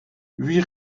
huit